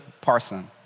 Parson